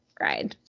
ride